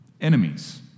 Enemies